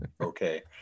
okay